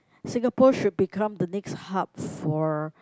Singapore should become the next hub for